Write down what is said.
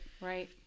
right